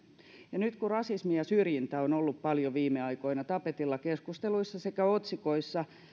ja nyt kun rasismi ja syrjintä ovat olleet paljon viime aikoina tapetilla keskusteluissa sekä otsikoissa